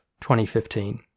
2015